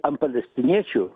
ant palestiniečių